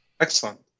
Excellent